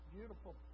Beautiful